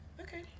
Okay